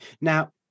Now